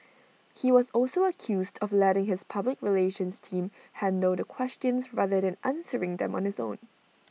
he was also accused of letting his public relations team handle the questions rather than answering them on his own